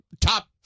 Top